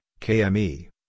KME